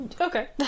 Okay